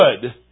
good